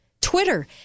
Twitter